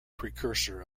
precursor